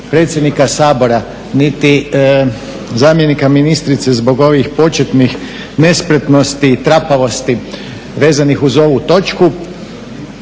predsjednika Sabora niti zamjenika ministrice zbog ovih početnih nespretnosti i trapavosti vezanih uz ovu točku,